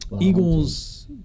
Eagles